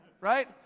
right